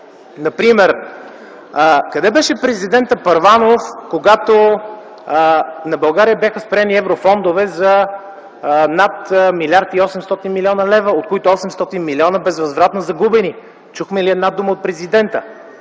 Например, къде беше президентът Първанов, когато на България бяха спрени еврофондове за над 1 млрд. 800 млн. лв., от които 800 милиона безвъзвратно загубени? Чухме ли една дума от президента?